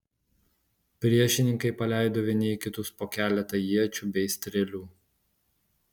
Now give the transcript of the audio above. priešininkai paleido vieni į kitus po keletą iečių bei strėlių